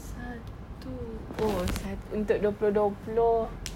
satu oh sa~ untuk dua puluh dua puluh